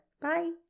Bye